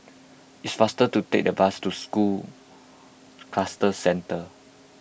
it's faster to take the bus to School Cluster Centre